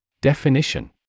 Definition